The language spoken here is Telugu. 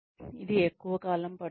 ఇది ఎక్కువ కాలం పడుతుంది